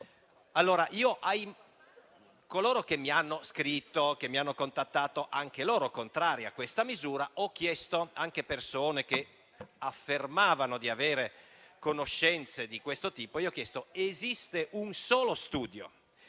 europei. A coloro che mi hanno scritto e mi hanno contattato - anche loro contrari a questa misura, anche persone che affermavano di avere conoscenze di siffatto tipo - ho chiesto se esiste un solo studio